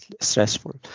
stressful